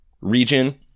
region